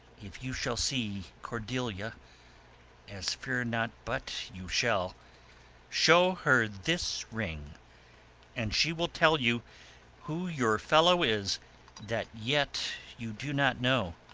if you shall see cordelia as fear not but you shall show her this ring and she will tell you who your fellow is that yet you do not know.